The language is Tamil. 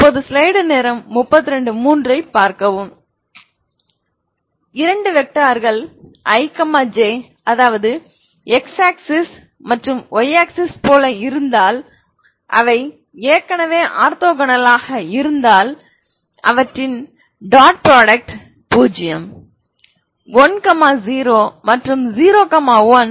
இரண்டு வெக்டர்கள் i j அதாவது x ஆக்ஸிஸ் மற்றும் y ஆக்ஸிஸ் போல இருந்தால் அவை ஏற்கனவே ஆர்த்தோகோனலாக இருந்தால் அவற்றின் புள்ளி ப்ராடக்ட் பூஜ்யம் 1 0 மற்றும் 0 1